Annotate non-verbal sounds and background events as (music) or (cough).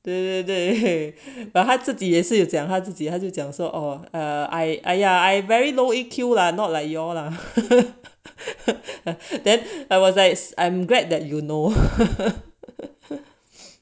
对对对 !hey! but 他自己也是有讲他自己他就讲说 orh err I !aiya! I very low E_Q lah not like you all lah (laughs) then I was like I I'm glad that you know